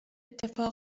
اتفاق